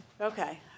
Okay